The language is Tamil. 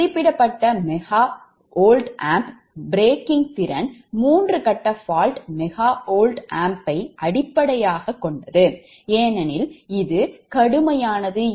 மதிப்பிடப்பட்ட MVA பிரேக்கிங் திறன் மூன்று கட்ட fault MVA ஐ அடிப்படையாகக் கொண்டது ஏனெனில் இது கடுமையானது